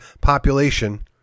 population